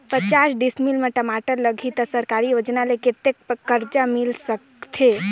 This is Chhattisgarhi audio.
पचास डिसमिल मा टमाटर लगही त सरकारी योजना ले कतेक कर्जा मिल सकथे?